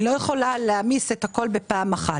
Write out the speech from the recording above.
היא לא יכולה להעמיס את הכול בפעם אחת.